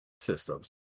systems